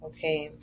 Okay